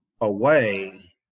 away